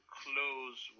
close